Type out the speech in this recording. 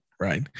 Right